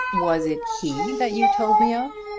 was it he that you told me of?